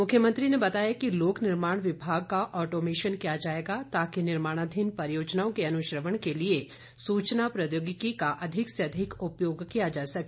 मुख्यमंत्री ने बताया कि लोक निर्माण विभाग का ऑटोमेशन किया जाएगा ताकि निर्माणाधीन परियोजनाओं के अनुश्रवण के लिए सूचना प्रौद्योगिकी का अधिक से अधिक उपयोग किया जा सके